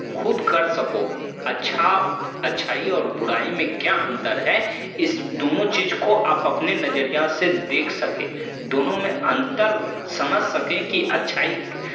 खुद कर सको अच्छा अच्छाई और बुराई में क्या अंतर है इस दोनों चीज़ को आप आना नज़रिए से देख सकें दोनों में अंतर समझ सकें कि अच्छाई